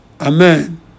Amen